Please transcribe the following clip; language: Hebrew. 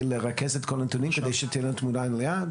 לרכז את כל הנתונים כדי שתהיה לנו תמונה מלאה?